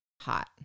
hot